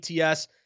ATS